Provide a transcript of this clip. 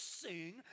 sing